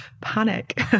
Panic